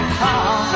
call